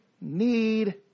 need